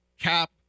cap